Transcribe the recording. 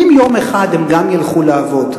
אם יום אחד הם גם ילכו לעבוד,